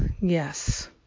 Yes